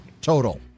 Total